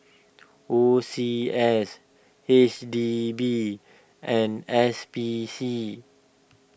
O C S H D B and S P C